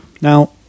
Now